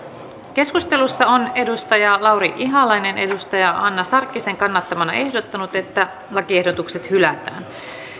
keskustelussa on lauri ihalainen hanna sarkkisen kannattamana ehdottanut että lakiehdotukset hylätään